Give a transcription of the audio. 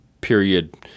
period